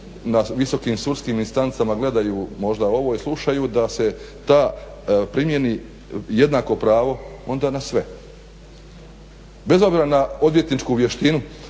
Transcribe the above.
na visokim sudskim instancama gledaju možda ovo i slušaju, da se ta primjeni, jednako pravo onda na sve. Bez obzira na odvjetničku vještinu